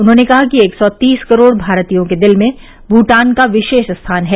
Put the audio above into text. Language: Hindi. उन्होंने कहा कि एक सौ तीस करोड़ भारतीयों के दिल में भूटान का विशेष स्थान है